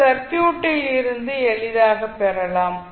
இது சர்க்யூட்டில் இருந்து எளிதாகப் பெறலாம்